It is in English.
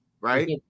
Right